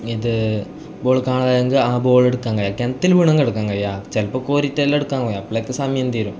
ഇത് ബോൾ കാണാതായെങ്കിൽ ആ ബോൾ എടുക്കാൻ കഴിയുക കിണറ്റിൽ വീണെങ്കിൽ എടുക്കാൻ കഴിയില്ല ചിലപ്പം കോരിയിട്ടെല്ലാം എടുക്കാൻ കഴിയുക അപ്പോളേക്കും സമയം തീരും